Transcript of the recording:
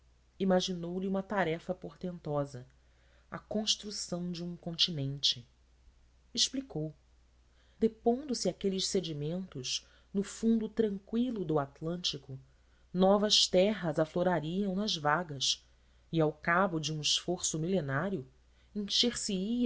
brasil imaginou lhe uma tarefa portentosa a construção de um continente explicou depondo se aqueles sedimentos no fundo tranqüilo do atlântico novas terras aflorariam nas vagas e ao cabo de um esforço milenário